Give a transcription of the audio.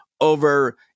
over